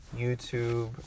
YouTube